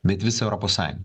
bet visa europos sąjungą